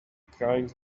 crying